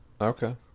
Okay